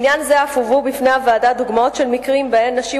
בעניין זה אף הובאו בפני הוועדה דוגמאות של מקרים שבהם נשים